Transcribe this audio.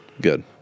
Good